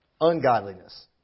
ungodliness